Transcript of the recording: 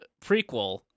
prequel